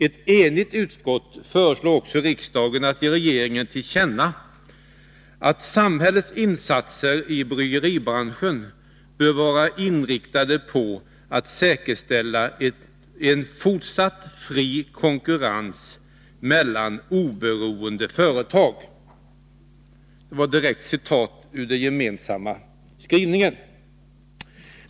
Ett enigt utskott föreslår också riksdagen att ge regeringen till känna att samhällets insatser i bryggeribranschen bör vara inriktade på att säkerställa en fortsatt fri konkurrens mellan oberoende företag.